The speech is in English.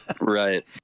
Right